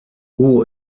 who